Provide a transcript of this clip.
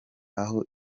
aho